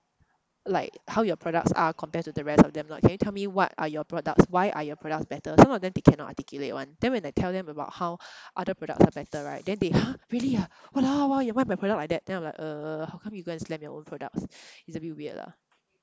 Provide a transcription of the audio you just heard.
like how your products are compared to the rest of them lah can you tell me what are your products why are your products better some of them they cannot articulate [one] then when I tell them about how other products are better right then they !huh! really ah !walao! eh why my product like that then I'm like uh how come you guys slam your own product it's a bit weird lah